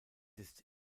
ist